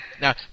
Now